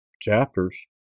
chapters